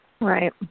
Right